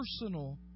personal